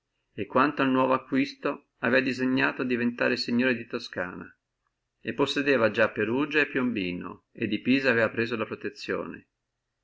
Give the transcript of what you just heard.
e quanto al nuovo acquisto aveva disegnato diventare signore di toscana e possedeva di già perugia e piombino e di pisa aveva presa la protezione